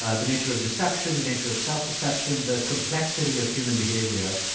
ah the nature of deception, the nature of self-deception, the complexity of human behavior.